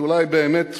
אז אולי באמת